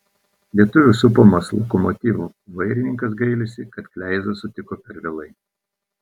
lietuvių supamas lokomotiv vairininkas gailisi kad kleizą sutiko per vėlai